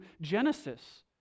Genesis